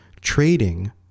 trading